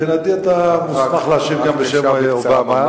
מבחינתי אתה מוסמך להשיב גם בשם אובמה,